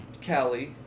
Kelly